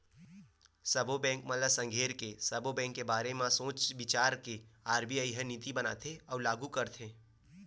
सब्बो बेंक मन ल संघरा लेके, सब्बो बेंक के बारे म सोच बिचार के आर.बी.आई ह नीति बनाथे अउ लागू करथे